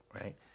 right